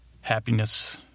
happiness